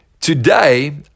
today